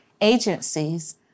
agencies